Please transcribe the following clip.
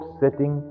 setting